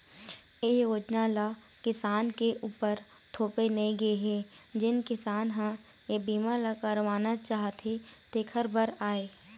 ए योजना ल किसान के उपर थोपे नइ गे हे जेन किसान ह ए बीमा ल करवाना चाहथे तेखरे बर आय